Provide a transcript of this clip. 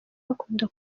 bakunda